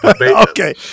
Okay